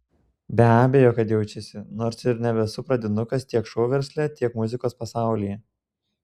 be abejo kad jaučiasi nors ir nebesu pradinukas tiek šou versle tiek muzikos pasaulyje